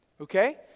Okay